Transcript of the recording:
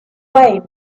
wayne